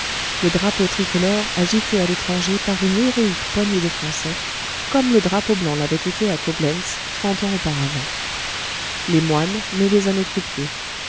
le drapeau tricolore agité à l'étranger par une héroïque poignée de français comme le drapeau blanc l'avait été à coblentz trente ans auparavant les moines mêlés à nos troupiers